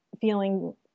feeling